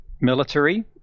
military